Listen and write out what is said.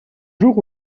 jour